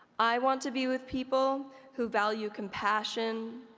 i want to be with people who value compassion,